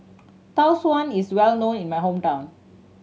Tau Suan is well known in my hometown